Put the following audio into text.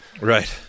Right